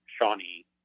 Shawnee